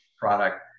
product